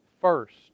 first